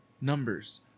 Numbers